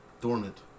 Dormant